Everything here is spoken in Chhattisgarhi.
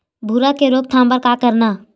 भूरा के रोकथाम बर का करन?